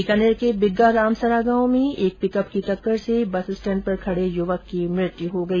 बीकानेर के बीग्गा राम सरा गांव में एक पिकअप की टक्कर से बस स्टेंड पर खड़े युवकी की मृत्यु हो गई